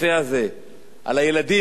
על הילדים המסכנים.